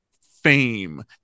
fame